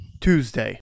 Tuesday